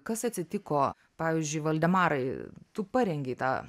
kas atsitiko pavyzdžiui valdemarai tu parengei tą